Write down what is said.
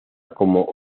como